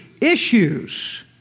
issues